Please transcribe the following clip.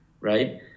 right